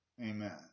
Amen